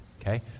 Okay